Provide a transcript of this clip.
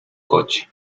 coche